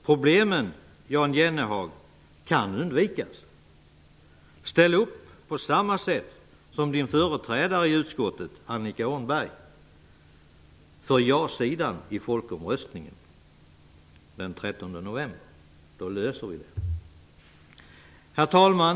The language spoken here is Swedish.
Problemen, Jan Jennehag, kan undvikas. Ställ på samma sätt som företrädaren i utskottet, Annika 13 november! Då löser vi problemen. Herr talman!